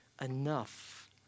enough